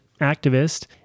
activist